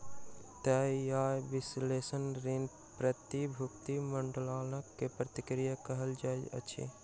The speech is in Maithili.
तय आय विश्लेषण ऋण, प्रतिभूतिक मूल्याङकन के प्रक्रिया कहल जाइत अछि